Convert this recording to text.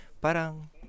parang